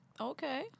Okay